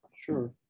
Sure